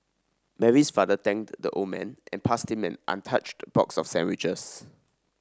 Mary's father thanked the old man and passed him an untouched box of sandwiches